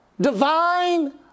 divine